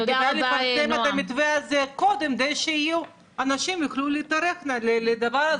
וגם לפרסם את המתווה הזה קודם כדי שאנשים יוכלו להיערך לדבר הזה.